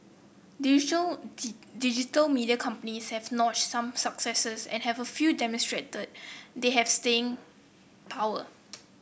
digital digital media companies have notched some successes and have a few demonstrated they have staying power